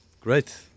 Great